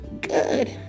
Good